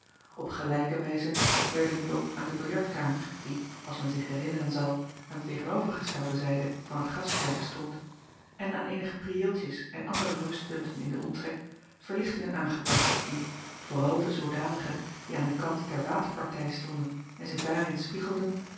p gelijke wijze werden nu ook aan de biljartkamer die als men zich herinneren zal aan de tegenovergestelde zijde van het grasperk stond en aan eenige priëeltjes en andere rustpunten in den omtrek verlichtingen aangebracht die vooral de zoodanige die aan den kant der waterpartij stonden en zich daarin spiegelden